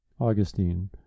Augustine